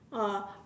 orh